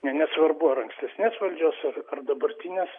ne nesvarbu ar ankstesnės valdžios ar dabartinės